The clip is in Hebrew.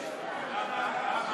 למה?